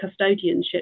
custodianship